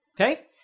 Okay